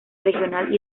regional